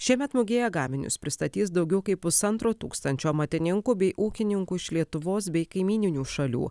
šiemet mugėje gaminius pristatys daugiau kaip pusantro tūkstančio amatininkų bei ūkininkų iš lietuvos bei kaimyninių šalių